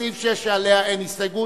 וסעיף 6 שעליו אין הסתייגות.